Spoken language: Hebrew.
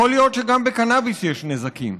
יכול להיות שגם בקנאביס יש נזקים.